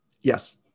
Yes